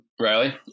Riley